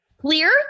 Clear